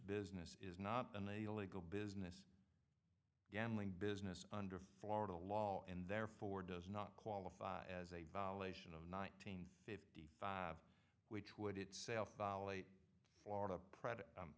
business is not an illegal business gambling business under florida law and therefore does not qualify as a violation of nineteenth of the five which would itself violate florida